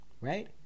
right